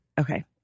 Okay